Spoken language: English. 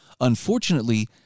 Unfortunately